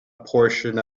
portion